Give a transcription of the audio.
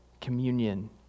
communion